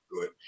good